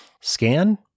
scan